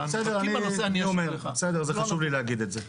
בסדר, זה חשוב לי להגיד את זה.